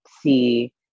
see